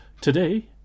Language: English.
Today